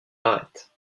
arêtes